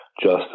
justice